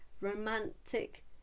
romantic